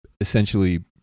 essentially